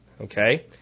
okay